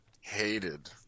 hated